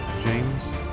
James